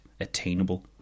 attainable